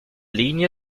linie